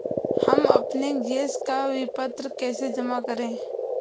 हम अपने गैस का विपत्र कैसे जमा करें?